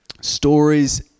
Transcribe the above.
Stories